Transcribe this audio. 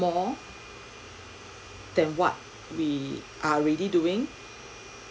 more than what we are already doing